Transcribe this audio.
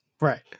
right